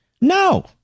no